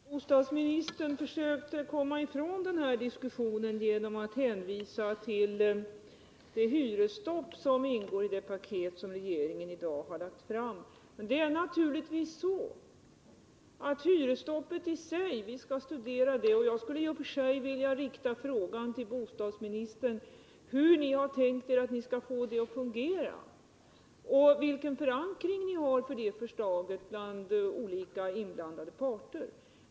Herr talman! Bostadsministern försökte komma ifrån den här diskussionen genom att hänvisa till det hyresstopp som ingår i det paket som regeringen i dag har lagt fram. Vi skall naturligtvis studera hyresstoppet i sig. Och jag skulle i och för sig vilja rikta frågan till bostadsministern hur ni har tänkt er att ni skall få det att fungera och vilken förankring ni har för det förslaget bland olika inblandade parter.